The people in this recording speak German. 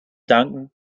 danken